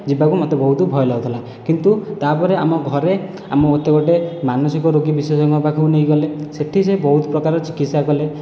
ଯିବାକୁ ମୋତେ ବହୁତ ଭୟ ଲାଗୁଥିଲା କିନ୍ତୁ ତା'ପରେ ଆମ ଘରେ ଆଉ ମୋତେ ଗୋଟିଏ ମାନସିକ ରୋଗୀ ବିଶେଷଜ୍ଞ ପାଖକୁ ନେଇଗଲେ ସେଠି ସେ ବହୁତ ପ୍ରକାର ଚିକିତ୍ସା କଲେ